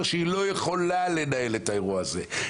שהיא לא יכולה לנהל את האירוע הזה,